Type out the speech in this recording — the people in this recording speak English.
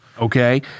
okay